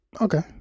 Okay